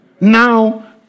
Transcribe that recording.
now